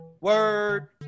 Word